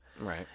Right